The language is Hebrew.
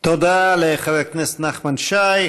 תודה לחבר הכנסת נחמן שי.